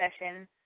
session